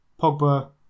Pogba